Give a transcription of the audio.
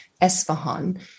Esfahan